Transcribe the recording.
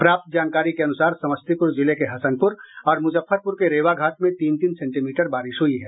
प्राप्त जानकारी के अनुसार समस्तीपुर जिले के हसनपुर और मुजफ्फरपुर के रेवाघाट में तीन तीन सेंटीमीटर बारिश हुई है